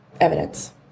evidence